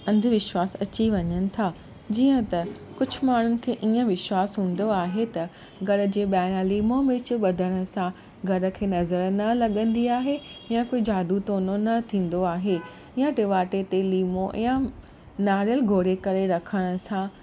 अंधविश्वास अची वञनि था जीअं त कुझु माण्हुनि खे ईअं विश्वास थींदो आहे त घर जे ॿाहिरां लीमो मिर्च बधण सां घर खे नज़र न लॻंदी आहे या कोई जादू टोनो न थींदो आहे या दरवाज़े ते लीमो या नारेलु घोड़े करे रखण सां